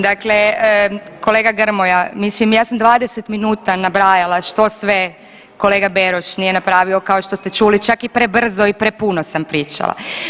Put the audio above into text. Dakle kolega Grmoja, mislim ja sam 20 minuta nabrajala što sve kolega Beroš nije napravio kao što ste čuli čak i prebrzo i prepuno sam pričala.